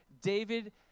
David